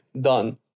done